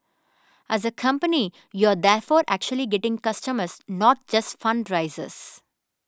as a company you are therefore actually getting customers not just fundraisers